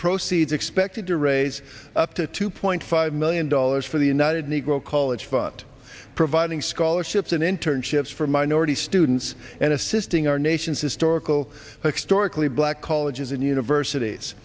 proceeds expected to raise up to two point five million dollars for the united negro college fund providing scholarships and internships for minority students and assisting our nation's historical externally black colleges and universities